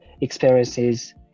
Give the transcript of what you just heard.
experiences